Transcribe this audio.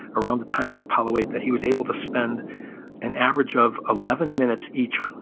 around the time of apollo eight, that he was able to spend an average of eleven minutes each,